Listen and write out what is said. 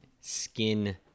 skin